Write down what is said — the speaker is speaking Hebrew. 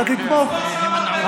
אתה תתמוך,